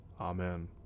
Amen